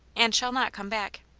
and shall not come back.